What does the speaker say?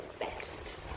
best